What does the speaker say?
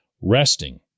resting